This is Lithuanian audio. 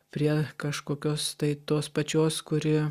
prie kažkokios tai tos pačios kuri